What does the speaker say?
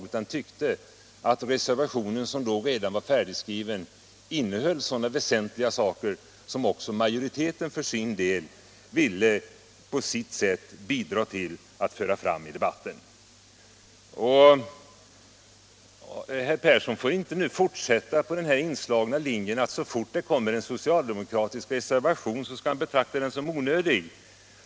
Majoriteten tyckte att reservationen, som då redan var färdigskriven, innehöll väsentliga synpunkter som även majoriteten ville ställa sig bakom. Herr Persson får inte fortsätta på den inslagna vägen, nämligen att så fort det kommer en socialdemokratisk reservation betrakta den som onödig.